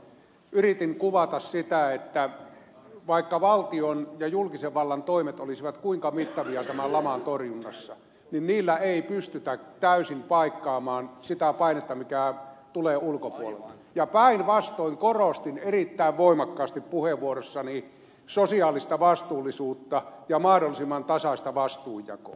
yritin kuvata sitä että vaikka valtion ja julkisen vallan toimet olisivat kuinka mittavia tämän laman torjunnassa niin niillä ei pystytä täysin paikkaamaan sitä painetta mikä tulee ulkopuolelta ja päinvastoin korostin erittäin voimakkaasti puheenvuorossani sosiaalista vastuullisuutta ja mahdollisimman tasaista vastuunjakoa